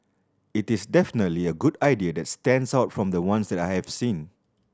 it is definitely a good idea and stands out from the ones that I have seen